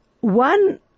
one